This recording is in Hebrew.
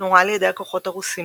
נורה על ידי הכוחות הרוסים,